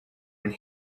and